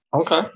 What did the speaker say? Okay